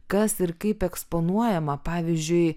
kas ir kaip eksponuojama pavyzdžiui